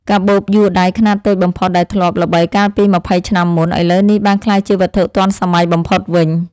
កាបូបយួរដៃខ្នាតតូចបំផុតដែលធ្លាប់ល្បីកាលពីម្ភៃឆ្នាំមុន ឥឡូវនេះបានក្លាយជាវត្ថុទាន់សម័យបំផុតវិញ។